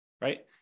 right